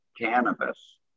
cannabis